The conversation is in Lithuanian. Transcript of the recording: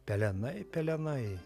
pelenai pelenai